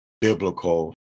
biblical